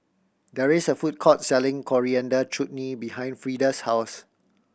there is a food court selling Coriander Chutney behind Freida's house